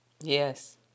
Yes